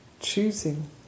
choosing